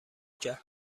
کرد